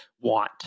want